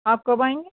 آپ کب آئیں گے